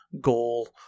goal